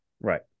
Right